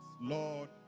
Lord